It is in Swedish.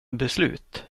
beslut